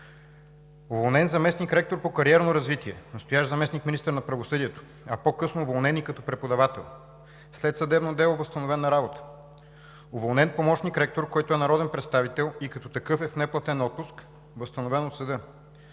Уволнен заместник-ректор по кариерно развитие – настоящ заместник-министър на правосъдието, а по късно уволнен и като преподавател. След съдебно дело e възстановен на работа. Уволнен помощник-ректор, който е народен представител и като такъв е в неплатен отпуск – възстановен от съда.